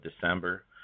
December